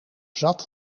zat